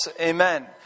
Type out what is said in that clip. Amen